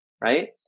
right